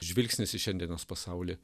žvilgsnis į šiandienos pasaulį